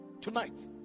Tonight